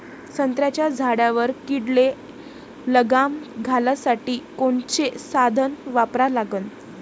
संत्र्याच्या झाडावर किडीले लगाम घालासाठी कोनचे साधनं वापरा लागन?